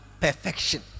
perfection